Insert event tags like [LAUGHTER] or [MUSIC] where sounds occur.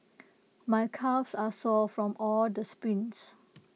[NOISE] my calves are sore from all the sprints